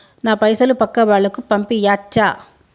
నా పైసలు పక్కా వాళ్ళకు పంపియాచ్చా?